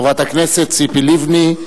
חברת הכנסת ציפי לבני,